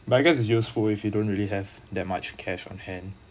but because is useful if you don't really have that much cash on hand